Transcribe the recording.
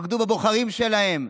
בגדו בבוחרים שלהם,